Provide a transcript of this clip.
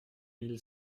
mille